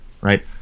Right